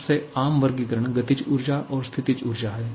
सबसे आम वर्गीकरण गतिज ऊर्जा और स्थितिज ऊर्जा है